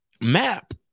map